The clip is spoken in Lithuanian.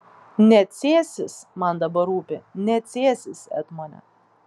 ne cėsis man dabar rūpi ne cėsis etmone